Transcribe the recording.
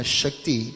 shakti